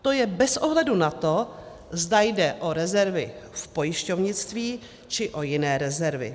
To je bez ohledu na to, zda jde o rezervy z pojišťovnictví, či o jiné rezervy.